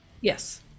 Yes